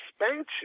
expansion